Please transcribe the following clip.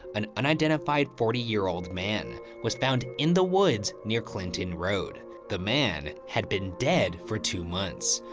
an unidentified forty year old man, was found in the woods near clinton road. the man had been dead for two months.